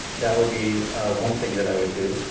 that would be one thing that i would do.